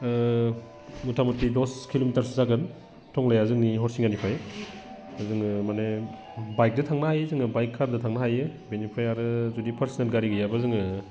मथा मथि दस किल'मिटारसो जागोन टंलाया जोंनि हरिसिङानिफ्राय जोङो माने बाइकजों थांनो हायो जोङो बाइक कारजों थांनो हायो बेनिफ्राय आरो जुदि पार्सेनेल गारि गैयाबा जोङो